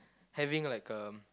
having like a